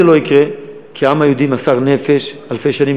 זה לא יקרה, כי העם היהודי מסר את הנפש אלפי שנים.